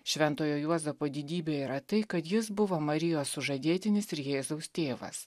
šventojo juozapo didybė yra tai kad jis buvo marijos sužadėtinis ir jėzaus tėvas